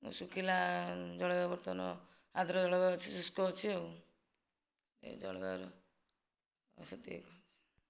ଶୁଖିଲା ଜଳବାୟୁ ବର୍ତ୍ତମାନ ଆଦ୍ର ଶୁଷ୍କ ଅଛି ଆଉ ଏ ଜଳବାୟୁରେ ଆଉ ସେତିକି